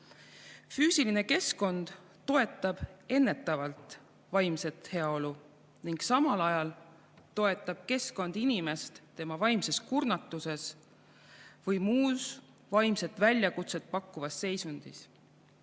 Füüsiline keskkond toetab ennetavalt vaimset heaolu ning samal ajal toetab keskkond inimest tema vaimses kurnatuses või muus vaimset väljakutset pakkuvas seisundis.